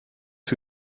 who